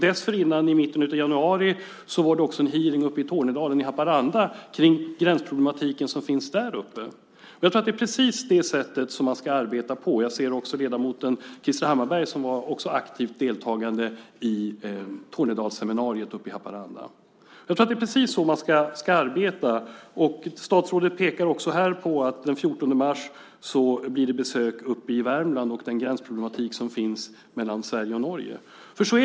Dessförinnan, i mitten av januari, var det en hearing i Tornedalen, i Haparanda, om den gränsproblematik som finns där. Jag tror att det är på precis det sättet man ska arbeta. Jag noterar att ledamoten Krister Hammarbergh är närvarande i kammaren. Han var en aktiv deltagare i Tornedalsseminariet i Haparanda. Statsrådet pekar också i sitt svar på att hon den 14 mars kommer att besöka Värmland för att diskutera den gränsproblematik som finns mellan Sverige och Norge.